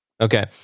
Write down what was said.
Okay